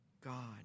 God